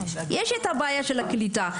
לכן,